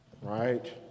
right